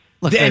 Look